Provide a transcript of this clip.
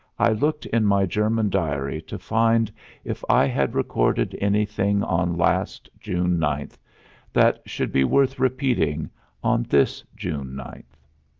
i looked in my german diary to find if i had recorded anything on last june ninth that should be worth repeating on this june ninth.